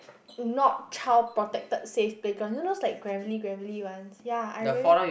not child protector safe background you know those like Gravery Gravery ones ya I really